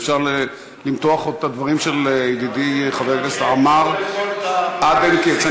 אפשר למתוח עוד את הדברים של ידידי חבר הכנסת עמאר עד אין קץ.